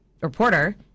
reporter